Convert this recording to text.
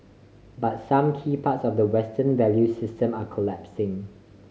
but some key parts of the Western value system are collapsing